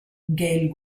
gail